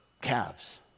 Calves